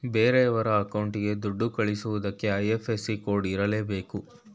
ಬೇರೆಯೋರ ಅಕೌಂಟ್ಗೆ ದುಡ್ಡ ಕಳಿಸಕ್ಕೆ ಐ.ಎಫ್.ಎಸ್.ಸಿ ಕೋಡ್ ಇರರ್ಲೇಬೇಕು